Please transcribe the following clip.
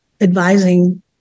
advising